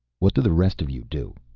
what do the rest of you do?